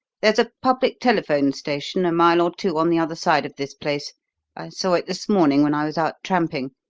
there's a public telephone station a mile or two on the other side of this place i saw it this morning when i was out tramping.